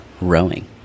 rowing